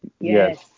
Yes